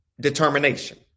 determination